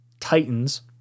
Titans